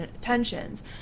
tensions